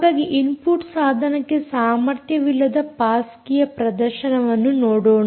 ಹಾಗಾಗಿ ಇನ್ಪುಟ್ ಸಾಧನಕ್ಕೆ ಸಾಮರ್ಥ್ಯವಿಲ್ಲದ ಪಾಸ್ ಕೀಯ ಪ್ರದರ್ಶನವನ್ನು ನೋಡೋಣ